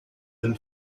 and